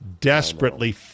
desperately